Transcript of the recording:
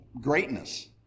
greatness